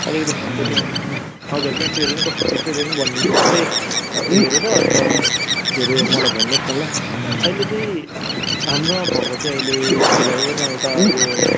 अलिकति फोनको त्यो हजुर ब्याट्रीहरू कस्तो टिक्छ त्यहाँ भनिदिन्छु तपाईँ हेरेर अन्त के हरे मलाई भन्नु होस् न ल अहिले चाहिँ हाम्रोमा भएको चाहिँ अहिले फिलहाल नयाँमा एउटा यो